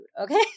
okay